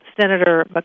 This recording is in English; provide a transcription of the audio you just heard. Senator